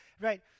Right